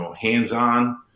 hands-on